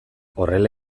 horrela